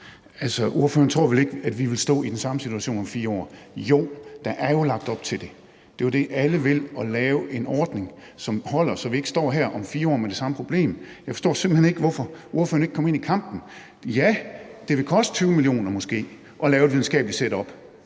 Ordføreren tror vel ikke, at vi vil stå i den samme situation om 4 år. For jo, der er jo lagt op til det. Det er jo det, alle vil, altså lave en ordning, som holder, så vi ikke står her om 4 år med det samme problem. Jeg forstår simpelt hen ikke, hvorfor ordføreren ikke kommer ind i kampen. Ja, det vil måske koste 20 mio. kr. at lave et videnskabeligt setup, og